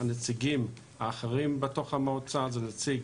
הנציגים האחרים במועצה הם נציג